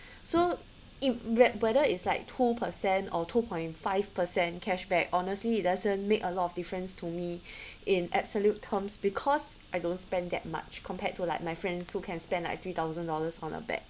so if like whether it's like two percent or two point five percent cashback honestly it doesn't make a lot of difference to me in absolute terms because I don't spend that much compared to like my friends who can spend like three thousand dollars on a bag